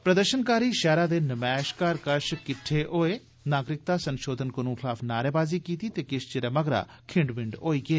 प्रदर्शनकारी शैहरा दे नमैश घर कश किट्ठे होए नागरिक्ता संशोधन कनून खलाफ नारेबाजी कीती ते किश चिरै मगरा खिंड बिंड होई गे